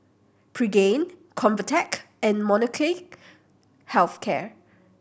Pregain Convatec and Molnylcke Health Care